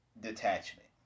detachment